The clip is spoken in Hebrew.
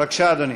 בבקשה, אדוני.